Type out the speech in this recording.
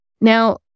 Now